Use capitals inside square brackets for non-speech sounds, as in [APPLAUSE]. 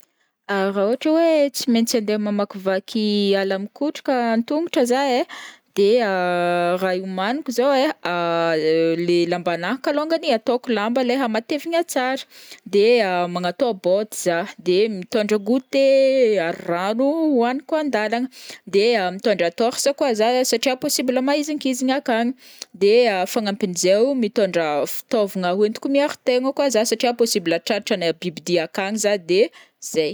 Ah raha ohatra hoe tsy maintsy andeha mamakivaky ala mikotroka an-tongotro zah ai, de [HESITATION] raha ihomaniko zao ai, le lambanahy kalongany ataoko lamba mate igna tsara, de [HESITATION] magnatao bottes zah, de mitondra goûté, rano ihoaniko andalagna, de [HESITATION] mitondra torse koa zah satria possible mahizinkizigny koa akagny, de [HESITATION] fagnampin'izay o mitondra fitaovagna ihoentiko miaro tegna koa zah satria possible tratran'ana bibidia akagny zah, de zay.